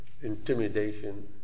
intimidation